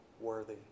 worthy